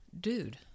dude